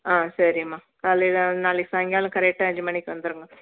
ஆ சரிம்மா காலையில வந் நாளைக்கு சாய்ங்காலம் கரெக்டா அஞ்சு மணிக்கு வந்திருங்க